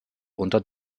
unter